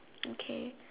okay